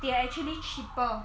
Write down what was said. they are actually cheaper